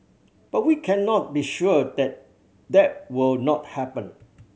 but we cannot be sure that that will not happen